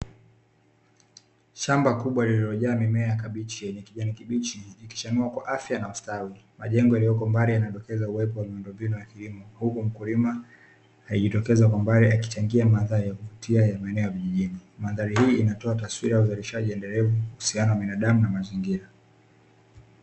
Shamba kubwa lililojaa mimea ya kabichi yenye kijani kibichi, ikichanua kwa afya na usitawi. Majengo yaliyoko mbali yanadokeza uwepo wa miundombinu ya kilimo, huku mkulima akijitokeza kwa mbali akichangia mandhari ya kuvutia ya maeneo ya vijijini. Mandhari hii inatoa taswira ya uzalishaji endelevu, uhusiano wa binadamu na mazingira.